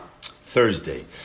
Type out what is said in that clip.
Thursday